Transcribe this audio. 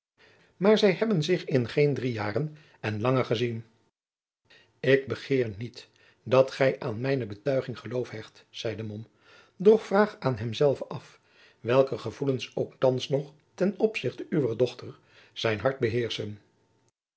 maar zij hebben zich in geen drie jaren en langer gezien ik begeer niet dat gij aan mijne betuiging geloof hecht zeide mom doch vraag aan hemzelven af welke gevoelens ook thands nog ten opzichte uwer dochter zijn hart beheerschen